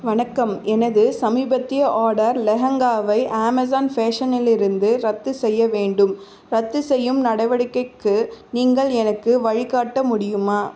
வணக்கம் எனது சமீபத்திய ஆர்டர் லெஹெங்காவை அமேசான் ஃபேஷனிலிருந்து ரத்து செய்ய வேண்டும் ரத்துசெய்யும் நடவடிக்கைக்கு நீங்கள் எனக்கு வழிகாட்ட முடியுமா